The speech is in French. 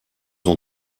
ont